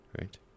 right